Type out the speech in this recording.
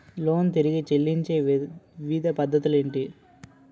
Loan తిరిగి చెల్లించే వివిధ పద్ధతులు ఏంటి?